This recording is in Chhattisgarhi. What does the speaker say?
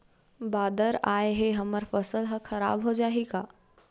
बादर आय ले हमर फसल ह खराब हो जाहि का?